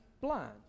blind